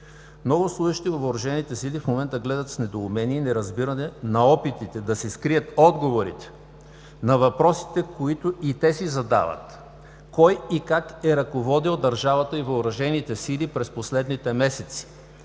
Много служещи във Въоръжените сили в момента гледат с недоумение и неразбиране на опитите да се скрият отговорите на въпросите, които и те си задават: кой и как е ръководил държавата и въоръжените сили през последните месеци;